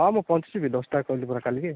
ହଁ ମୁଁ ପହଞ୍ଚିଯିବି ଦଶଟାରେ କହିଲିପରା କାଲିକି